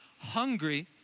hungry